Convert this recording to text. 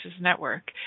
Network